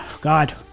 God